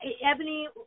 Ebony